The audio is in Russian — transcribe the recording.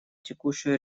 текущую